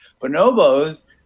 Bonobos